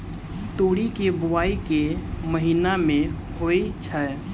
तोरी केँ बोवाई केँ महीना मे होइ छैय?